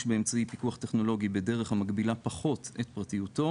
באמצעי פיקוח טכנולוגי בדרך המגבילה פחות את פרטיותו